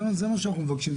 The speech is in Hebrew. זה מה שאנחנו מבקשים.